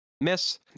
Miss